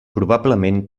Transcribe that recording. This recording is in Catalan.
probablement